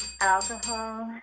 alcohol